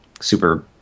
super